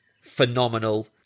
phenomenal